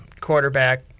quarterback